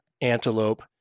antelope